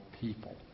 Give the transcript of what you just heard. people